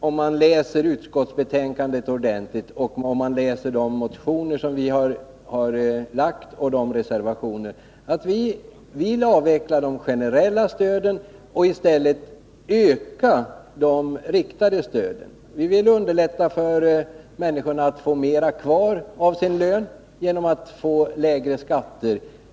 Om man läser utskottsbetänkandet och våra motioner och reservationer ordentligt, finner man att vi vill avveckla det generella stödet och i stället öka de riktade stöden. Vi vill genom lägre skatter underlätta för människorna att få mer kvar av sin lön.